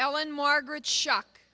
ellen margaret shock